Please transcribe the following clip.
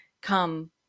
come